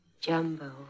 Jumbo